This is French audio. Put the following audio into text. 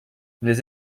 les